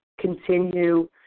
continue